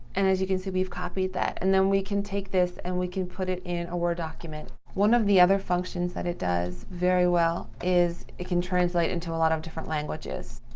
and as you can see, we've copied that. and then we can take this and we can put it in a word document. one of the other functions that it does very well is it can translate into a lot of different languages.